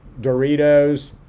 Doritos